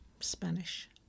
Spanish